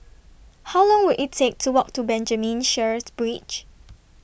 How Long Will IT Take to Walk to Benjamin Sheares Bridge